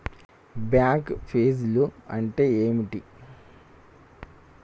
Bank ఫీజ్లు అంటే ఏమిటి?